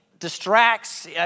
distracts